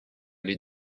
les